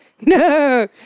no